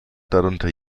darunter